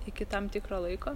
iki tam tikro laiko